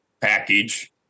package